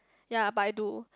ya but I do